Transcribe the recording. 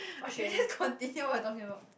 or should we just continue what we are talking about